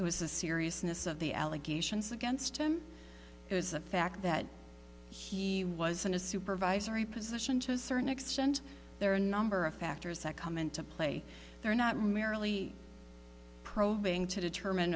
it was the seriousness of the allegations against him it was the fact that he was in a supervisory position to a certain extent there are a number of factors that come into play there not merely probing to determine